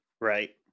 right